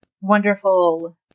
wonderful